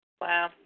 Wow